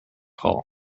hall